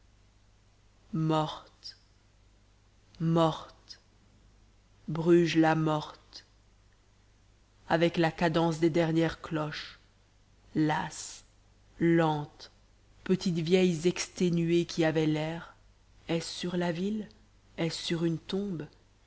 morte morte bruges la morte avec la cadence des dernières cloches lasses lentes petites vieilles exténuées qui avaient lair est ce sur la ville est-ce sur une tombe